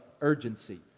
urgency